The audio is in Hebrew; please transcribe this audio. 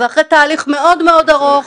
זה אחרי תהליך מאוד מאוד ארוך,